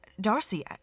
Darcy